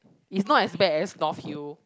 it's not as bad as north-hill